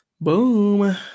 Boom